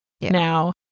Now